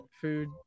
food